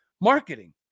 Marketing